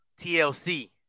TLC